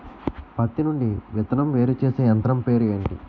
పత్తి నుండి విత్తనం వేరుచేసే యంత్రం పేరు ఏంటి